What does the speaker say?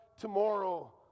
tomorrow